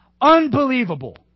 Unbelievable